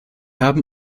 haben